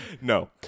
No